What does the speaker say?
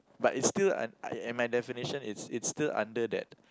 but it still and my definition is it's still under that